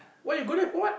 why you go there for what